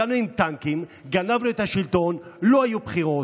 הגענו עם טנקים, גנבנו את השלטון, לא היו בחירות.